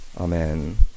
Amen